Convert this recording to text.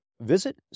Visit